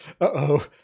Uh-oh